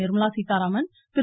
Nirmala Sitharaman Thiru